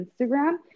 Instagram